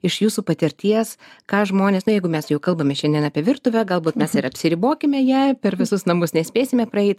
iš jūsų patirties ką žmonės nu jeigu mes jau kalbame šiandien apie virtuvę galbūt mes ir apsiribokime ja per visus namus nespėsime praeit